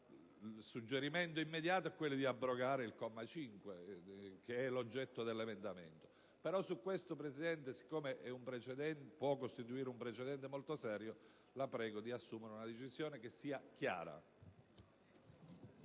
Il suggerimento immeditato è quello di abrogare il comma 5, che è l'oggetto dell'emendamento. Su questo aspetto, signor Presidente, potendo esso costituire un precedente molto serio, la prego di assumere una decisione che sia chiara.